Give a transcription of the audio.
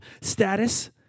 status